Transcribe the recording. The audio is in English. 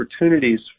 opportunities